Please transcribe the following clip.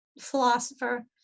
philosopher